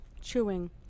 chewing